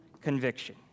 conviction